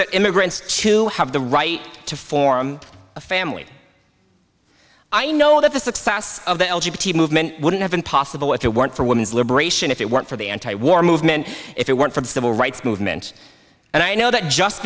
that immigrants to have the right to form a family i know that the success of the movement wouldn't have been possible if it weren't for women's liberation if it weren't for the anti war movement if it weren't for the civil rights movement and i know that just